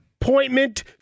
appointment